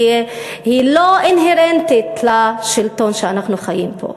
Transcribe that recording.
היא לא אינהרנטית לשלטון שאנחנו חיים בו.